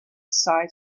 side